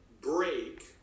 break